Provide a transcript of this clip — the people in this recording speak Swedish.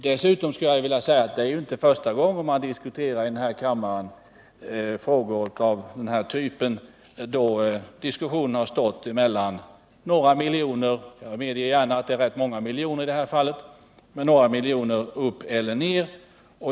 Vidare skulle jag vilja säga att det inte är första gången som vi här i kammaren diskuterar frågor av den här typen, då diskussionen står mellan några miljoner — jag medger gärna att det rör sig om ganska många miljoner i det här fallet — uppåt eller neråt.